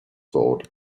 board